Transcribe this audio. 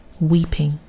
weeping